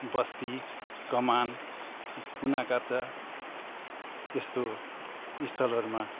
बस्ती कमान कुना काप्चा यस्तो स्थलहरूमा